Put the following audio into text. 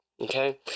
okay